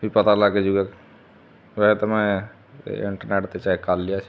ਵੀ ਪਤਾ ਲੱਗ ਜਾਊਗਾ ਵੈਸੇ ਤਾਂ ਮੈਂ ਇੰਟਰਨੈਟ 'ਤੇ ਚੈੱਕ ਕਰ ਲਿਆ ਸੀ